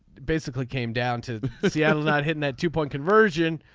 basically came down to seattle not hitting that two point conversion.